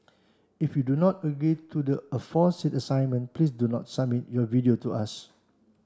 if you do not agree to the aforesaid assignment please do not submit your video to us